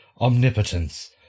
omnipotence